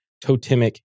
totemic